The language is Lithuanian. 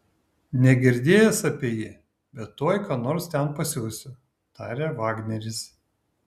negirdėjęs apie jį bet tuoj ką nors ten pasiųsiu tarė vagneris